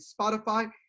Spotify